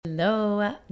Hello